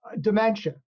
dementia